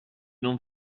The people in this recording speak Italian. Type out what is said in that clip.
non